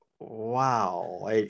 wow